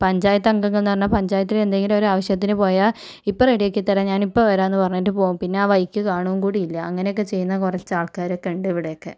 പഞ്ചായത്തു അംഗങ്ങന്ന് പറഞ്ഞാൽ പഞ്ചായത്തില് എന്തെങ്കിലും ഒരു ആവശ്യത്തിനു പോയാൽ ഇപ്പം റെഡി ആക്കി തരാം ഞാൻ ഇപ്പം വരാം എന്ന് പറഞ്ഞിട്ട് പോവും പിന്നെ ആ വഴിക്ക് കാണുകയും കൂടി ഇല്ല അങ്ങനൊക്കെ ചെയ്യുന്ന കുറച്ച് ആൾക്കാരൊക്കെ ഉണ്ട് ഇവിടൊക്കെ